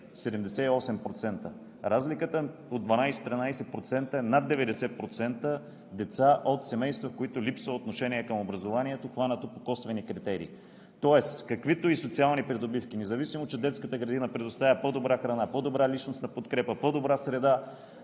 78%. Разликата от 12 – 13% е над 90% деца от семейства, в които липсва отношение към образованието, хванато по косвени критерии. Тоест каквито и социални придобивки да има, независимо че детската градина предоставя по-добра храна, по-добра среда и по-добра